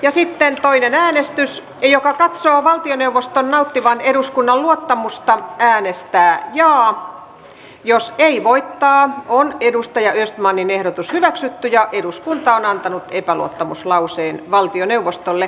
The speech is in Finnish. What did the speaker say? ja sitten toinen äänestys joka valtioneuvoston nauttivan eduskunnan luottamusta äänestää jaa jos ei voikaan kun edustaja vestmanin ehdotus hyväksytty ja eduskunta on antanut epäluottamuslauseen valtioneuvostolle